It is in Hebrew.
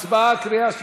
הצבעה בקריאה שנייה.